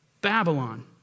Babylon